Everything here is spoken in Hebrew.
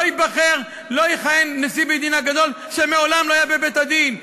לא יכהן נשיא בית-הדין הגדול שמעולם לא היה בבית-הדין.